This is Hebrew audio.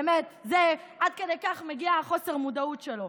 באמת, עד כדי כך מגיע חוסר המודעות שלו.